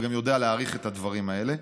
ואתה גם יודע להעריך את הדברים האלה.